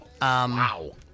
Wow